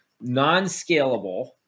non-scalable